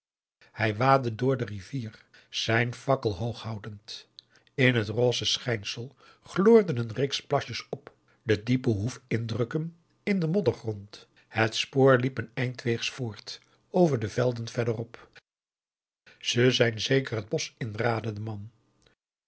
hij waadde door de rivier zijn fakkel hoog houdend in het rose schijnsel gloorden een reeks plasjes op de diepe hoef indrukken in den moddergrond het spoor liep een eindweegs voort over de velden verderop ze zijn zeker het bosch in raadde de man